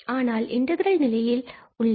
ஆனால் இன்டகிரல் நிலையில் உள்ளது